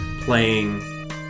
playing